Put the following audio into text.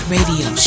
Radio